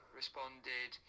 responded